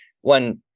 one